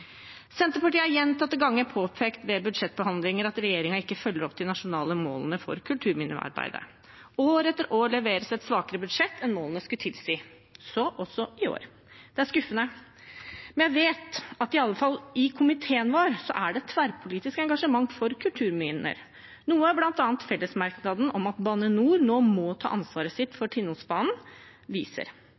Senterpartiet har gjentatte ganger påpekt ved budsjettbehandlinger at regjeringen ikke følger opp de nasjonale målene for kulturminnevernarbeidet. År etter år leveres et svakere budsjett enn målene skulle tilsi, så også i år. Det er skuffende. Men jeg vet at iallfall i komiteen vår er det tverrpolitisk engasjement for kulturminner, noe bl.a. fellesmerknaden om at Bane NOR nå må ta ansvaret sitt for Tinnosbanen, viser.